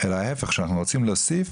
אלא ההפך, שאנחנו רוצים להוסיף,